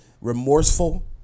remorseful